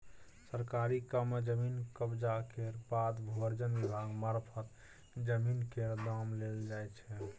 सरकारी काम मे जमीन कब्जा केर बाद भू अर्जन विभाग मारफत जमीन केर दाम देल जाइ छै